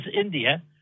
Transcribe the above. India